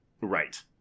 right